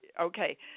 okay